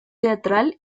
teatral